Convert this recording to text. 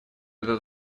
этот